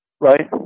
right